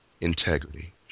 integrity